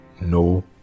no